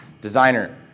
designer